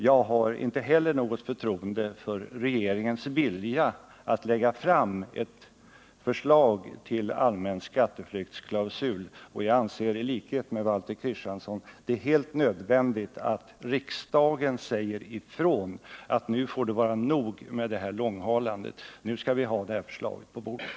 Jag har inte heller något förtroende för regeringens vilja att lägga fram ett förslag till allmän skatteflyktsklausul, och jag anser det i likhet med Valter Kristenson helt nödvändigt att riksdagen säger ifrån att nu får det vara nog med detta långhalande. Nu skall vi ha det här förslaget på bordet.